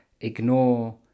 ignore